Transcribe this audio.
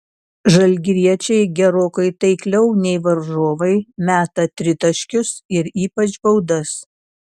žalgiriečiai gerokai taikliau nei varžovai meta tritaškius ir ypač baudas